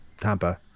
Tampa